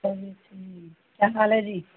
ਕਿਆ ਹਾਲ ਹੈ ਜੀ